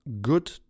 Good